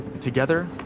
Together